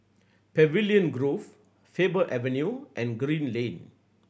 Pavilion Grove Faber Avenue and Green Lane